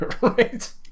right